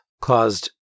caused